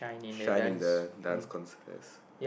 shine in the dance contest